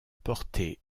porter